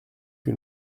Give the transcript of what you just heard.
que